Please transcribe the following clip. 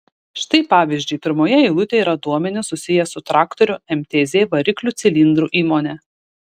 štai pavyzdžiui pirmoje eilutėje yra duomenys susiję su traktorių mtz variklių cilindrų įmone